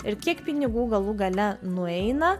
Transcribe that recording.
ir kiek pinigų galų gale nueina